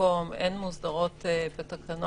לפעמים יש צורך לפעמים ממשיכה התפשטות,